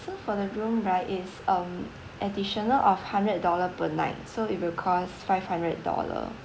so for the room right is um additional of hundred dollar per night so it will cost five hundred dollar